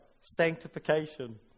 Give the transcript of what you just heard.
Sanctification